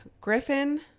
Griffin